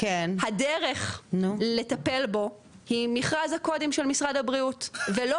הדרך לטפל בו היא מכרז הקודם של משרד הבריאות ולא